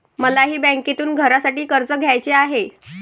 मलाही बँकेतून घरासाठी कर्ज घ्यायचे आहे